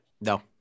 No